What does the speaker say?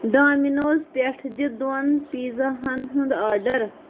Domino's پٮ۪ٹھ دِ دۄن پیٖزاہن ہُنٛد آرڈر